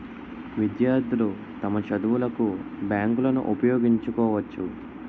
విద్యార్థులు తమ చదువులకు బ్యాంకులను ఉపయోగించుకోవచ్చు